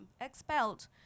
expelled